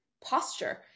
posture